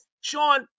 Sean